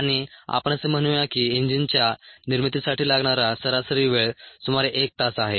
आणि आपण असे म्हणूया की इंजिनच्या निर्मितीसाठी लागणारा सरासरी वेळ सुमारे एक तास आहे